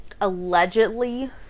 allegedly